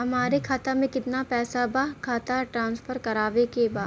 हमारे खाता में कितना पैसा बा खाता ट्रांसफर करावे के बा?